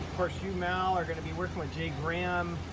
course you, mal, are gonna be working with jay graham,